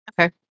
okay